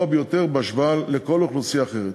ביותר בהשוואה לכל אוכלוסייה אחרת,